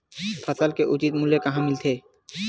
फसल के उचित मूल्य कहां मिलथे?